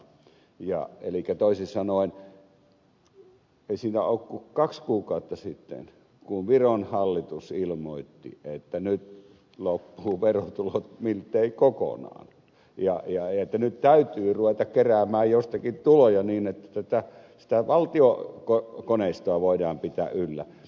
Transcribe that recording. elikkä toisin sanoen ei siitä ole kuin kaksi kuukautta kun viron hallitus ilmoitti että nyt loppuvat verotulot miltei kokonaan ja että nyt täytyy ruveta keräämään jostakin tuloja niin että sitä valtiokoneistoa voidaan pitää yllä